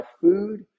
food